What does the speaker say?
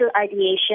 ideation